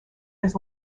his